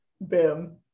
Boom